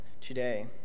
today